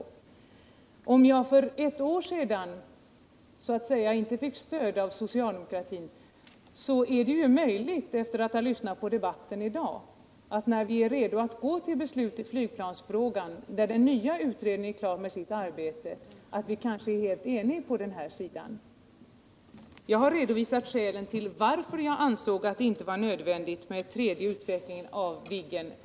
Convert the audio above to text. Även om jag för ett år sedan inte fick stöd av socialdemokratin i sin helhet beträffande nej till A 20 så tror jag, efter att ha lyssnat på debatten i dag, alt när vi är redo att gå till beslut i flygplansfrågan när den nya utredningen är klar med sitt arbete, så är vi helt eniga på den här punkten. Jag har i reservation till försvarsutredningen redovisat skälen varför jag ansåg att det inte var nödvändigt med en tredje utveckling av Viggen.